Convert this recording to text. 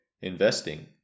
investing